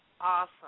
Awesome